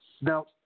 Now